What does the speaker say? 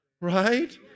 right